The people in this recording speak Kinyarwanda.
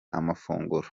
amafunguro